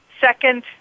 Second